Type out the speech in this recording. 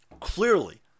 clearly